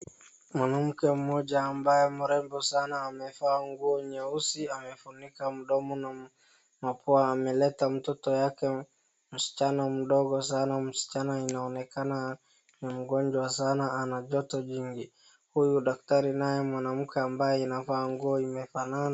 Mwanamke mmoja ambaye mrembo sana amevaa nguo nyeusi amefunika mdomo na mapua ameleta mtoto yake msichana mdogo sana, msichana inaonekana ni mgonjwa sana ana joto jingi. Huyu daktari naye mwanamke ambaye inavaa nguo imefanana.